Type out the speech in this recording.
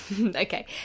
Okay